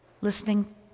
listening